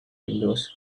windows